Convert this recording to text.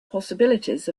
possibilities